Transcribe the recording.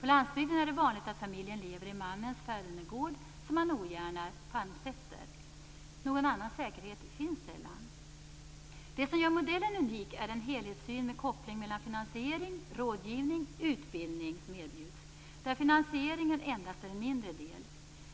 På landsbygden är det vanligt att familjen lever i mannens fädernegård som man ogärna pantsätter. Någon annan säkerhet finns sällan. Det som gör modellen unik är den helhetssyn med koppling mellan finansiering, rådgivning och utbildning som erbjuds, där finansieringen endast är en mindre del.